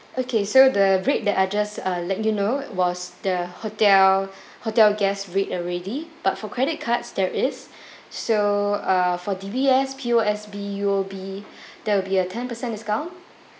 okay so the rate that I just uh let you know was the hotel hotel guest rate already but for credit cards there is so uh for D_B_S P_O_S_B U_O_B there will be a ten percent discount